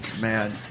man